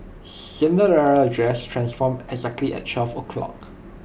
Cinderella's dress transformed exactly at twelve o' clock